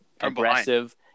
aggressive